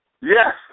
Yes